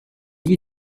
lit